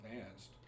advanced